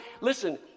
Listen